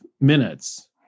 minutes